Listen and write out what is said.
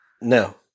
No